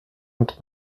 entre